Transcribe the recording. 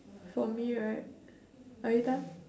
for me right are you done